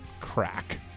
crack